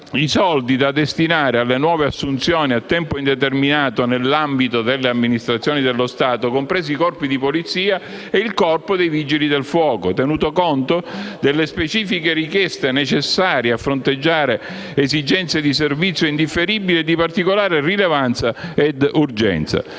i soldi da destinare alle nuove assunzioni a tempo indeterminato nell'ambito delle amministrazioni dello Stato, compresi i corpi di polizia ed il Corpo dei vigili del fuoco, tenuto conto delle specifiche richieste necessarie a fronteggiare esigenze di servizio indifferibili e di particolare rilevanza ed urgenza.